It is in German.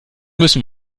müssen